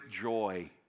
joy